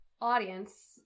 audience